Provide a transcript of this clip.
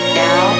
now